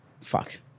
Fuck